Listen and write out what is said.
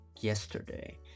yesterday